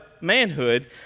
manhood